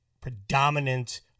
predominant